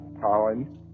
Colin